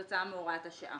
בדיוק.